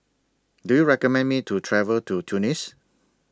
Do YOU recommend Me to travel to Tunis